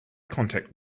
contact